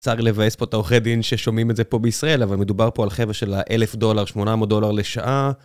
צר לבאס פה את העורכי דין ששומעים את זה פה בישראל, אבל מדובר פה על חבר'ה של ה-1,000 דולר, 800 דולר לשעה.